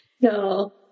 No